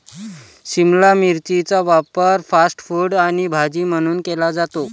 शिमला मिरचीचा वापर fast food आणि भाजी म्हणून केला जातो